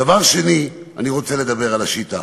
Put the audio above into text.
דבר שני, אני רוצה לדבר על השיטה.